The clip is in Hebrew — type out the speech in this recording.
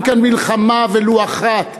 אין כאן מלחמה ולו אחת.